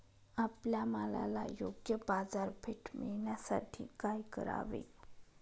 आपल्या मालाला योग्य बाजारपेठ मिळण्यासाठी काय करावे?